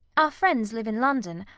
our friends live in london.